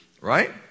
Right